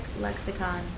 lexicon